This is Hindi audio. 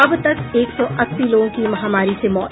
अब तक एक सौ अस्सी लोगों की महामारी से मौत